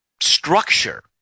structure